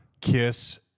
KISS